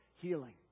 healing